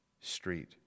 street